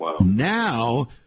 now